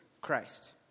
Christ